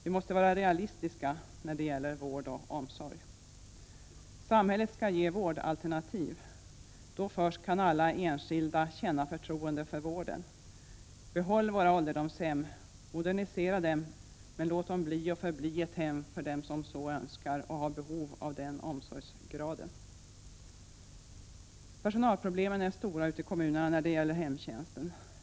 Vi måste vara realistiska när det gäller vård och omsorg. Samhället skall ge vårdalternativ. Först då kan alla enskilda känna förtroende för vården. Behåll våra ålderdomshem, modernisera dem, men låt dem bli och förbli ett hem för dem som så önskar och har behov av den omsorgsgraden! Personalproblemen är stora ute i kommunerna när det gäller hemtjänsten.